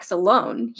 alone